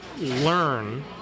learn